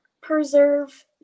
preserve